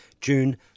June